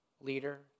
leader